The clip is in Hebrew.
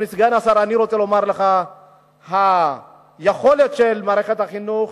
אדוני סגן השר, היכולת של מערכת החינוך